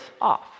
off